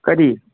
ꯀꯔꯤ